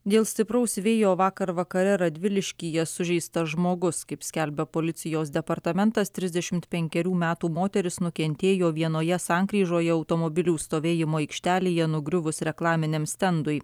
dėl stipraus vėjo vakar vakare radviliškyje sužeistas žmogus kaip skelbia policijos departamentas trisdešimt penkerių metų moteris nukentėjo vienoje sankryžoje automobilių stovėjimo aikštelėje nugriuvus reklaminiam stendui